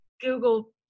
Google